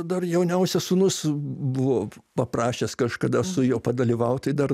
dar jauniausias sūnus buvo paprašęs kažkada su juo padalyvaut tai dar